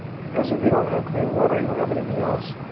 because if you don't have clean water, you don't have anything else.